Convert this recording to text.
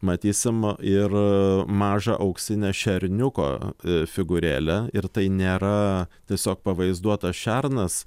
matysim ir mažą auksinę šerniuko figūrėlę ir tai nėra tiesiog pavaizduotas šernas